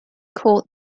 called